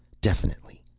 definitely,